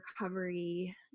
recovery